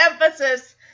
emphasis